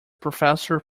professor